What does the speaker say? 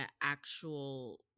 actual